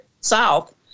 South